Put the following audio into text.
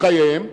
בחייהם,